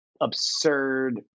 absurd